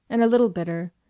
and a little bitter,